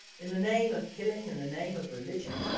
in the name of killing in the name of religion?